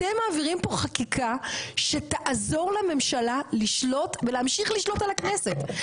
אתם מעבירים פה חקיקה שתעזור לממשלה לשלוט ולהמשיך לשלוט על הכנסת,